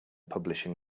publishing